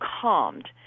calmed